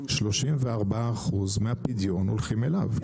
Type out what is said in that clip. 34 אחוז מהפדיון הולכים אליו,